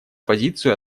позицию